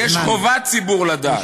יש חובת הציבור לדעת.